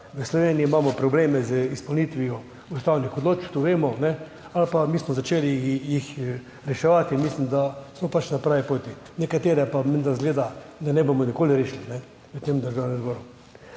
v Sloveniji imamo probleme z izpolnitvijo ustavnih odločb, to vemo. Mi smo jih začeli reševati in mislim, da smo na pravi poti. Nekaterih pa izgleda, da menda ne bomo nikoli rešili v tem državnem zboru.